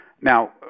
Now